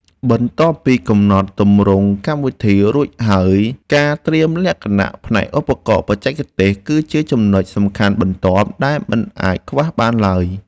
បន្ទាប់ពីកំណត់ទម្រង់កម្មវិធីរួចហើយការត្រៀមលក្ខណៈផ្នែកឧបករណ៍បច្ចេកទេសគឺជាចំណុចសំខាន់បន្ទាប់ដែលមិនអាចខ្វះបានឡើយ។